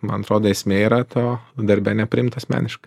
man atrodo esmė yra to darbe nepriimt asmeniškai